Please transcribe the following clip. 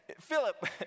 Philip